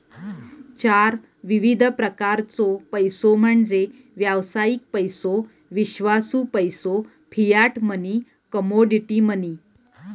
चार विविध प्रकारचो पैसो म्हणजे व्यावसायिक पैसो, विश्वासू पैसो, फियाट मनी, कमोडिटी मनी